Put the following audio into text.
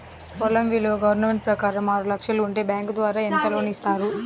పొలం విలువ గవర్నమెంట్ ప్రకారం ఆరు లక్షలు ఉంటే బ్యాంకు ద్వారా ఎంత లోన్ ఇస్తారు?